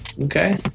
Okay